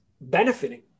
benefiting